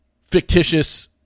fictitious